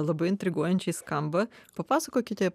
labai intriguojančiai skamba papasakokite